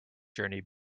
journey